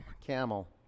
Camel